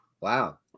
Wow